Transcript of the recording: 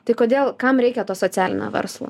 tai kodėl kam reikia to socialinio verslo